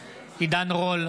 רול,